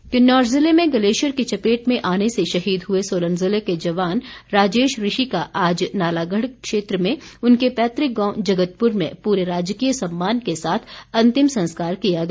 शहीद किन्नौर ज़िले में ग्लेशियर की चपेट में आने से शहीद हुए सोलन ज़िले के जवान राजेश ऋषि का आज नालागढ़ क्षेत्र में उनके पैतृक गांव जगतपुर में पूरे राजकीय सम्मान के साथ अंतिम संस्कार किया गया